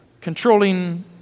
controlling